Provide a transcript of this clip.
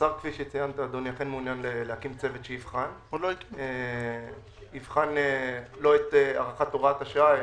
השר אכן מעוניין להקים צוות שיבחן לא את הארכת הוראת השעה,